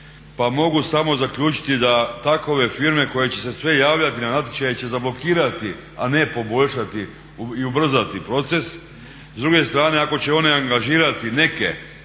Pa mogu samo zaključiti da takve firme koje će se sve javljati na natječaje će zablokirati a ne poboljšati i ubrzati proces. S druge strane ako će one angažirate neke,